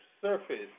surface